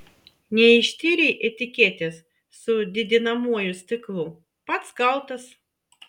neištyrei etiketės su didinamuoju stiklu pats kaltas